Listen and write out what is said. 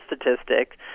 statistic